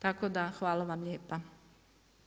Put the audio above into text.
Tako da hvala vam lijepa.